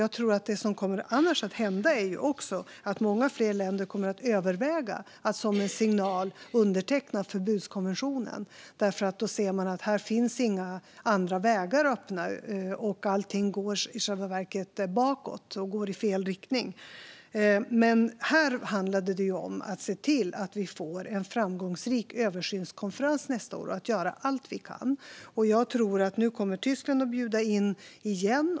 Jag tror att det som annars kommer att hända är att många fler länder kommer att överväga att underteckna förbudskonventionen som en signal eftersom man ser att här finns inga andra vägar öppna, att allt i själva verket går bakåt och i fel riktning. Men här handlade det om att se till att vi får en framgångsrik översynskonferens nästa år och att göra allt vi kan. Jag tror att Tyskland kommer att bjuda in igen.